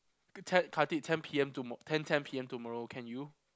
Khatib ten P_M tomo~ ten ten P_M tomorrow can you